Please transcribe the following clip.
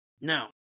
Now